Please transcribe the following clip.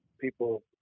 people